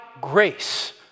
grace